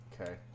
Okay